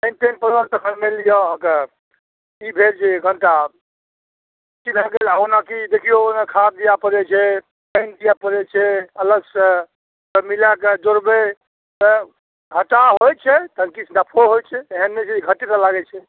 पानि तानि पड़ल तखन मानि लिअ अहाँके ई भेल जे कनिटा अथी भऽ गेल ओना कि देखिऔ खाद दिअ पड़ै छै पानि दिअ पड़ै छै अलगसँ सब मिलाके जोड़बै तऽ घाटा होइ छै तहन किछु नफो होइ छै एहन नहि छै घटेटा लागै छै